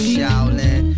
Shaolin